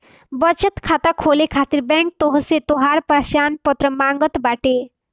बचत खाता खोले खातिर बैंक तोहसे तोहार पहचान पत्र मांगत बाटे